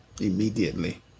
immediately